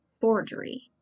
forgery